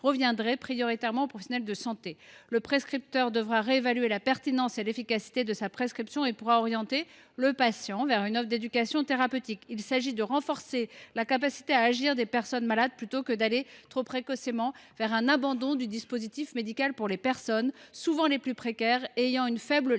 reviendrait prioritairement aux professionnels de santé. Le prescripteur devra réévaluer la pertinence et l’efficacité de sa prescription, et pourra orienter le patient vers une offre d’éducation thérapeutique. Il s’agit de renforcer la capacité d’agir des personnes malades plutôt que d’aller trop précocement vers un abandon du dispositif médical pour celles – ce sont souvent les plus précaires – qui ont une faible littératie